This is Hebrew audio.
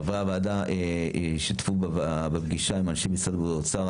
5. חברי הוועדה ישתתפו בפגישה עם אנשי משרד הבריאות והאוצר.